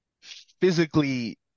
physically